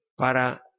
para